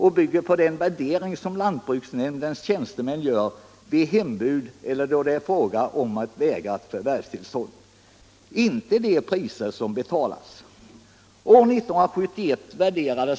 De bygger på värderingar som lantbruksnämndens tjänstemän gör vid hembud och då det är fråga om att vägra förvärvstillstånd, alltså inte de priser som betalats.